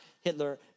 Hitler